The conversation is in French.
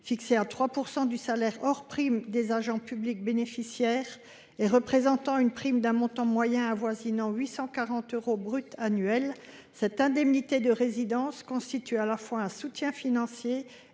Fixée à 3 % du salaire hors primes des agents publics bénéficiaires et représentant un montant annuel moyen avoisinant 840 euros brut, cette indemnité de résidence constitue à la fois un soutien financier